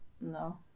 No